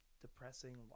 depressing